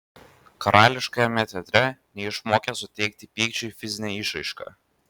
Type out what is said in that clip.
karališkajame teatre neišmokė suteikti pykčiui fizinę išraišką